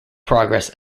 progress